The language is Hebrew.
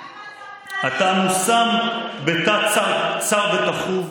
מה אמרת, אתה מושם בתא צר וטחוב,